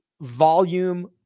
volume